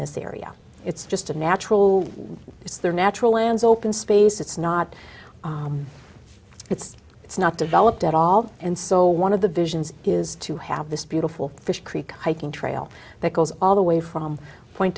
this area it's just a natural it's their natural lands open space it's not it's it's not developed at all and so one of the visions is to have this beautiful fish creek hiking trail that goes all the way from point